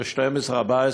של 12,000,